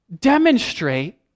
demonstrate